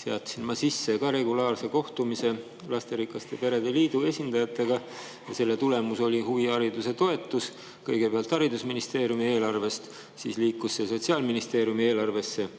seadsin ma sisse regulaarse kohtumise lasterikaste perede liidu esindajatega ja selle tulemus oli huvihariduse toetus – kõigepealt haridusministeeriumi eelarvest, siis liikus see Sotsiaalministeeriumi eelarvesse.